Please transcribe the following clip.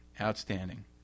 Outstanding